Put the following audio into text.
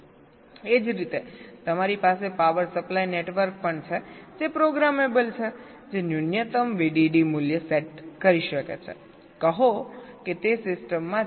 એ જ રીતે તમારી પાસે પાવર સપ્લાય નેટવર્ક પણ છે જે પ્રોગ્રામેબલ છે જે ન્યૂનતમ VDD મૂલ્ય સેટ કરી શકે છેકહો કે તે સિસ્ટમમાં તેની પાસે 1